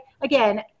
again